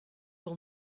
will